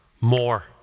More